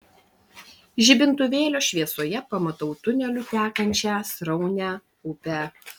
žibintuvėlio šviesoje pamatau tuneliu tekančią sraunią upę